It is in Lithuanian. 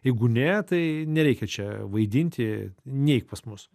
jeigu ne tai nereikia čia vaidinti neik pas mus